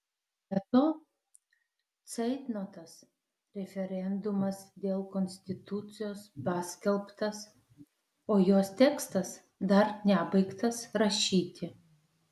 be to ceitnotas referendumas dėl konstitucijos paskelbtas o jos tekstas dar nebaigtas rašyti